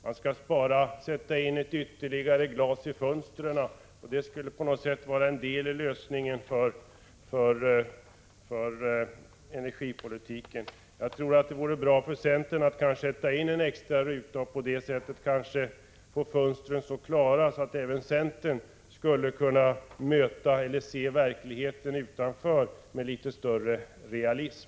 Man skall spara, sätta in ytterligare ett glas i fönstren, och det skall på något sätt vara en del av lösningen för energipolitiken. Jag tror att det vore bra för centern att sätta in en extra ruta för att få fönstren så klara att även centern kan se verkligheten utanför med litet större realism.